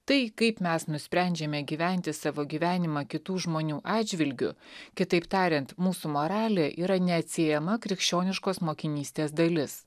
tai kaip mes nusprendžiame gyventi savo gyvenimą kitų žmonių atžvilgiu kitaip tariant mūsų moralė yra neatsiejama krikščioniškos mokinystės dalis